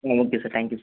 ah okay sir thank you sir